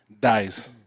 dies